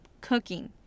cooking